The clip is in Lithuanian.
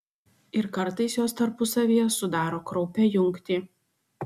ir kartais jos tarpusavyje sudaro kraupią jungtį